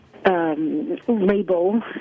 Label